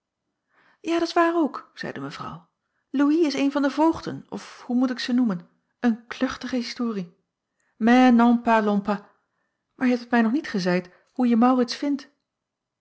ja dat s waar ook zeide mevrouw louis is een van de voogden of hoe moet ik ze noemen een kluchtige historie mais n'en parlons pas maar je hebt mij nog niet gezeid hoe je maurits vindt